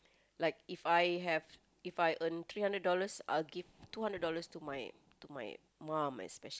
like If I have If I earn three hundred dollars I'll give two hundred dollars to my to my mum especially